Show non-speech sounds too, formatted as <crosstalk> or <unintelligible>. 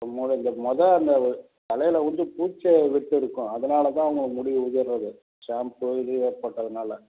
இப்போ மொதோல் இந்த மொதோல் அந்த தலையில் வந்து பூச்சிவெட்டு இருக்கும் அதனால் தான் உங்கள் முடி உதிர்கிறது ஷாம்பு இது <unintelligible> போட்டதுனால்